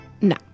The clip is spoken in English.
No